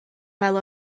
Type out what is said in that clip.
fel